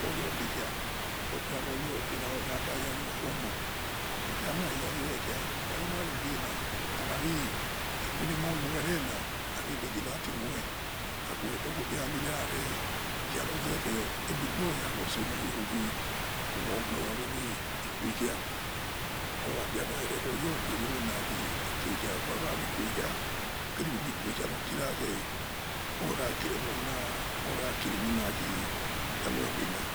oyobi ukha rekha lula khomo ukha laya lurekha vare mayo be na akhari ukuli aima khue erena ari nigimla intee khue akhua likho kha lira re loze he aigbe oya isosome yo ughe ure aighoi ikue khan oide or lure rekha oyo abe rekha rekha ikhue kere abeghi iukhue kha ora kiri emona lakhi emobe na.